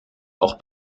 auch